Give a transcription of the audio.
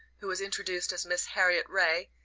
who was introduced as miss harriet ray,